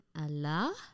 Allah